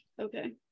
Okay